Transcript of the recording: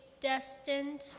destined